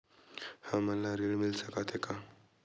हमन ला ऋण मिल सकत हे का?